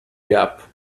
gap